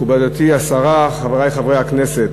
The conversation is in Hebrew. תודה רבה לך, מכובדתי השרה, חברי חברי הכנסת,